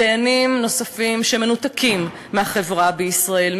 דיינים נוספים שמנותקים מהחברה בישראל,